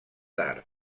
tard